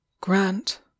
Grant